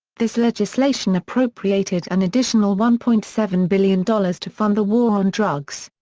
this legislation appropriated an additional one point seven billion dollars to fund the war on drugs.